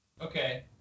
Okay